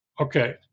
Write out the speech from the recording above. Okay